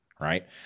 right